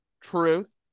Truth